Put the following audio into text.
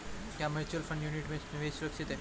क्या mutual fund unit में निवेश सुरक्षित है?